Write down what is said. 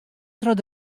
troch